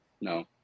No